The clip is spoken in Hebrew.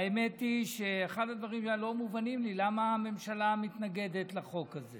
והאמת היא שאחד הדברים הלא-מובנים לי הוא למה הממשלה מתנגדת לחוק הזה.